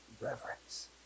reverence